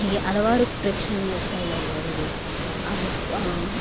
ಹೀಗೆ ಹಲವಾರು ಪ್ರೇಕ್ಷಣೀಯ ಸ್ಥಳಗಳಿವೆ ಹಾಗು